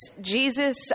Jesus